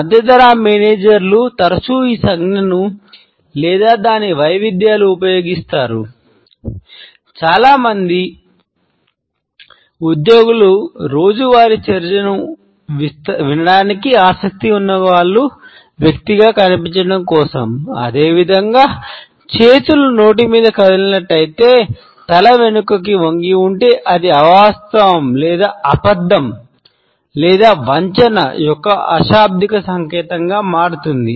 మధ్యధరా మేనేజర్లు సంకేతంగా మారుతుంది